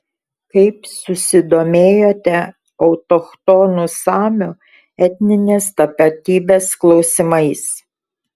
kaip susidomėjote autochtonų samių etninės tapatybės klausimais